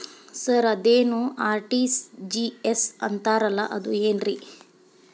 Sir ಅದೇನು RTGS ಅಂತಾರಲಾ ಅದು ಏನ್ರಿ?